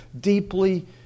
deeply